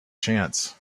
chance